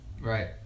Right